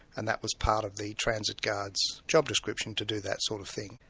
and that was part of the transit guards' job description to do that sort of thing.